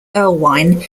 erlewine